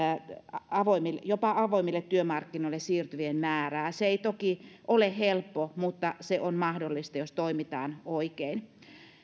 jopa avoimille työmarkkinoille siirtyvien määrää se ei toki ole helppoa mutta se on mahdollista jos toimitaan oikein